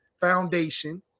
foundation